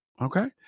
Okay